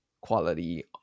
quality